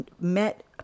met